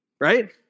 right